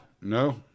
no